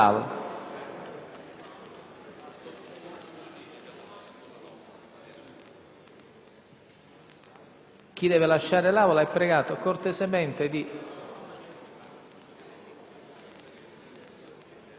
Chi deve lasciare l'Aula è pregato cortesemente di